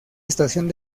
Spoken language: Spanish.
estación